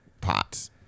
pots